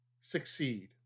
succeed